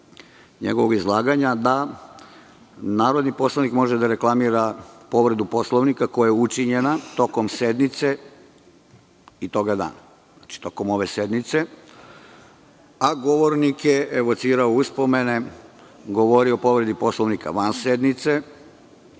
setili da narodni poslanik može da reklamira povredu Poslovnika koja je učinjena tokom sednice i tog dana, znači, tokom ove sednice, a govornik je evocirao uspomene, govorio o povredi Poslovnika van sednice,